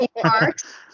parks